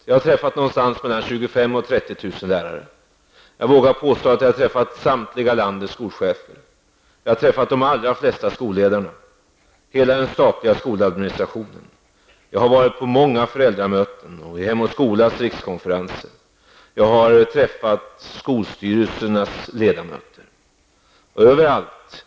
Jag har träffat mellan 25 000 och 30 000 lärare, och jag vågar påstå att jag har träffat samtliga landets skolchefer. Jag har träffat de allra flesta skolledarna, hela den statliga skoladministrationen. Jag har varit på många föräldramöten och på Hem och Skolas rikskonferenser. Jag har träffat skolstyrelsernas ledamöter.